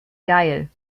geil